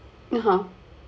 (uh huh)